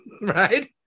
Right